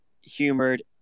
humored